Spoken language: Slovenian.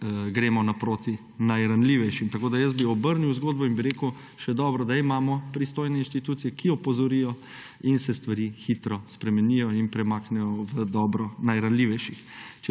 gremo naproti najranljivejšim. Tako bi jaz obrnil zgodbo in bi rekel, še dobro, da imamo pristojne institucije, ki opozorijo, in se stvari hitro spremenijo in premaknejo v dobro najranljivejših.